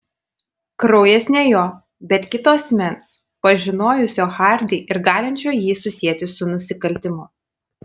kraujas ne jo bet kito asmens pažinojusio hardį ir galinčio jį susieti su nusikaltimu